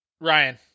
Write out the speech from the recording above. Ryan